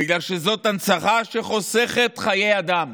בגלל שזו הנצחה שחוסכת חיי אדם.